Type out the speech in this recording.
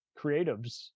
creatives